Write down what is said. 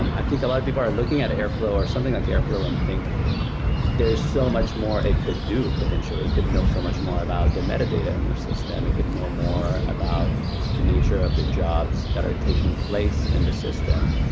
and i think a lot of people are looking at airflow or something like airflow and think there's so much more it could do potentially. it could know so much more about the metadata in your system. it could know more about the nature of the jobs that are taking place in the system.